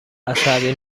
عصبی